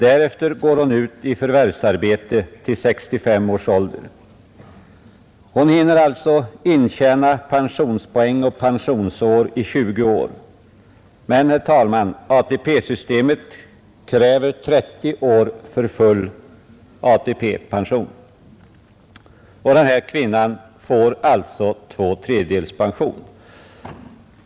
Därefter går hon ut i förvärvsarbete till 65 års ålder. Hon hinner alltså intjäna pensionspoäng och pensionsår i 20 år, men, herr talman, ATP-systemet kräver 30 år för full ATP-pension. Denna kvinna skulle alltså få två tredjedels pension.